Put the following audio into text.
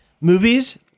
movies